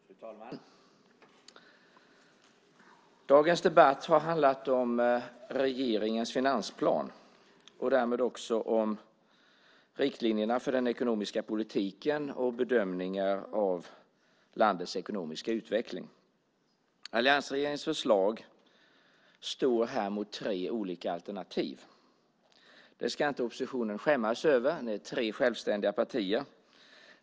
Fru talman! Dagens debatt har handlat om regeringens finansplan och därmed också om riktlinjerna för den ekonomiska politiken och bedömningar av landets ekonomiska utveckling. Alliansregeringens förslag står här mot tre olika alternativ. Det ska inte oppositionen skämmas över - ni är tre självständiga partier.